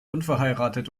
unverheiratet